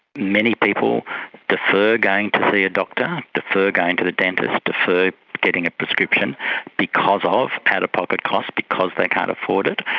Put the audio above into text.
many people defer going to see a doctor, defer going to the dentist, defer getting a prescription because of out-of-pocket costs because they can't afford it.